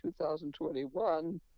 2021